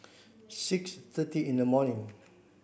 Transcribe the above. six thirty in the morning